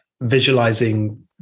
visualizing